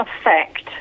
affect